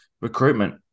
recruitment